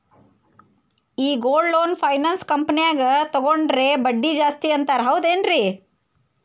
ಈ gold loan finance ಕಂಪನ್ಯಾಗ ತಗೊಂಡ್ರೆ ಬಡ್ಡಿ ಜಾಸ್ತಿ ಅಂತಾರ ಹೌದೇನ್ರಿ?